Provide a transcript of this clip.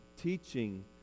teaching